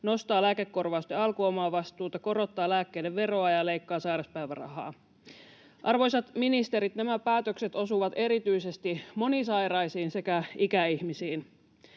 nostaa lääkekorvausten alkuomavastuuta, korottaa lääkkeiden veroa ja leikkaa sairauspäivärahaa. Arvoisat ministerit, nämä päätökset osuvat erityisesti monisairaisiin sekä ikäihmisiin.